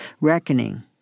Reckoning